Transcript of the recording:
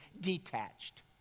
detached